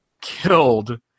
killed